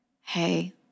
hey